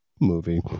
movie